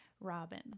Robin